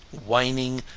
whining,